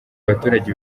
abaturage